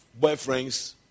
boyfriends